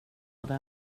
hade